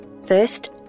First